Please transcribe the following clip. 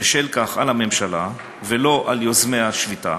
בשל כך על הממשלה ולא על יוזמי השביתה.